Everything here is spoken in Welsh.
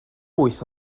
wyth